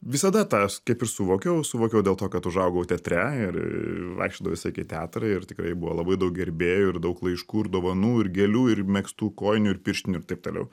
visada tas kaip ir suvokiau suvokiau dėl to kad užaugau teatre ir vaikščiodavau visąlaik į teatrą ir tikrai buvo labai daug gerbėjų ir daug laiškų ir dovanų ir gėlių ir megztų kojinių ir pirštinių ir taip toliau